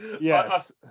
yes